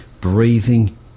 breathing